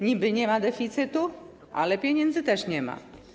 Niby nie ma deficytu, ale pieniędzy też nie ma.